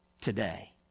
today